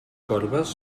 corbes